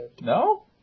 No